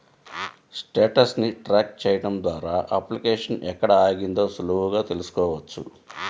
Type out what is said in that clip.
status ని track చెయ్యడం ద్వారా అప్లికేషన్ ఎక్కడ ఆగిందో సులువుగా తెల్సుకోవచ్చు